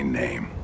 name